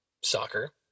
soccer